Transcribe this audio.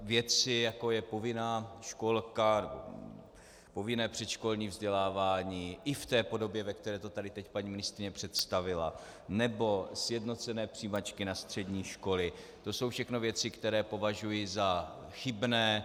Věci, jako je povinná školka, povinné předškolní vzdělávání i v té podobě, ve které to tady teď paní ministryně představila, nebo sjednocené přijímačky na střední školy, to jsou všechno věci, které považuji za chybné.